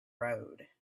road